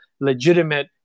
legitimate